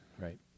Right